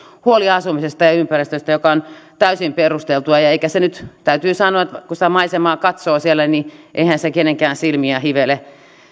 huoli asumisesta ja ympäristöstä mikä on täysin perusteltua täytyy sanoa että kun sitä maisemaa katsoo siellä niin eihän se maisemallisesti kenenkään silmiä hivele